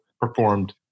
performed